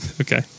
Okay